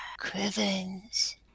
Criven's